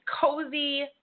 cozy